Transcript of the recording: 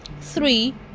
three